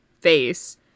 face